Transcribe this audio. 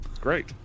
Great